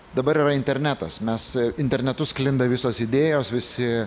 dabar yra internetas mes internetu sklinda visos idėjos visi